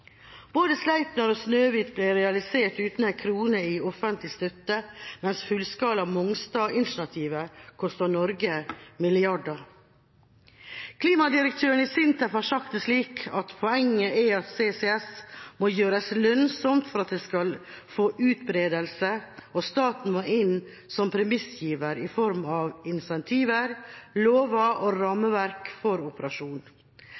Både Sleipner og Snøhvit ble realisert uten en krone i offentlig støtte, mens fullskala Mongstad-initiativet kostet Norge milliarder. Klimadirektøren i SINTEF har sagt det slik: «Poenget er at CCS må gjøres lønnsomt for at det skal få utbredelse og staten må inn som premissgiver i form av incentiver, lover og rammeverk for operasjon.